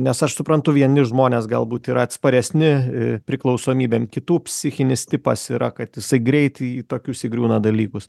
nes aš suprantu vieni žmonės galbūt yra atsparesni priklausomybėm kitų psichinis tipas yra kad jisai greit į tokius įgriūna dalykus